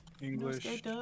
English